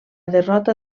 derrota